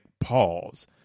pause